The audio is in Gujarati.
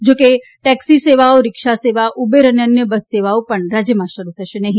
જો કે ટેક્ષી સેવાઓ રિક્ષા સેવા ઉબેર કે અન્ય બસ સેવાઓ પણ રાજ્યમાં શરૂ થશે નહી